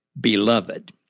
beloved